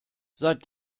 seit